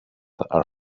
are